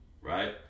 right